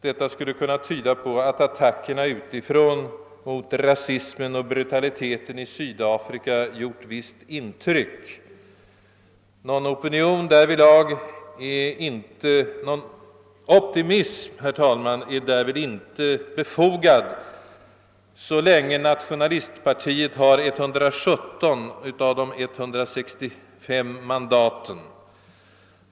Detta skulle kunna tyda på att attackerna utifrån mot rasismen och brutaliteten i Sydafrika gjort visst intryck. Någon optimism, herr talman, är därvid inte befogad så länge nationalistpartiet har 117 av de 165 mandaten.